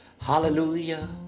Hallelujah